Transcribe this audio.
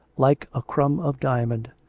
like a crumb of dia mond,